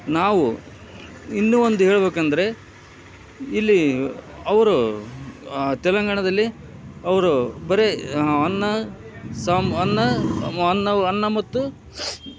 ನಾವು ಇನ್ನು ಒಂದು ಹೇಳ್ಬೇಕಂದರೆ ಇಲ್ಲಿ ಅವರು ತೆಲಂಗಾಣದಲ್ಲಿ ಅವರು ಬರೇ ಅನ್ನ ಸಾಂಬ್ ಅನ್ನ ಅನ್ನ ಅನ್ನ ಮತ್ತು